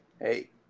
hey